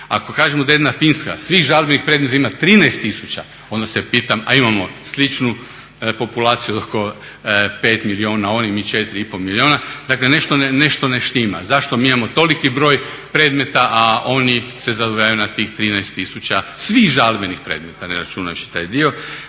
Ako kažemo da jedna Finska svih žalbi i predmeta ima 13 tisuća a onda se pitam a imamo sličnu populaciju od oko 5 milijuna oni, mi 4,5 milijuna. Dakle nešto ne štima. Zašto mi imamo toliki broj predmeta a oni se zadržavaju na tih 13 tisuća svih žalbenih predmeta ne računajući taj dio.